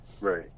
Right